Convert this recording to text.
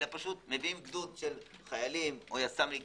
מביאים גדוד של חיילים או יס"מניקים,